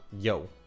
yo